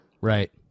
Right